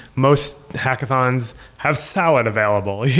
most hackathons have salad available. yeah